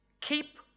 keep